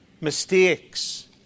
Mistakes